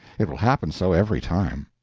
it will happen so every time.